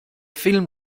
film